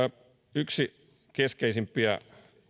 yksi keskeisimpiä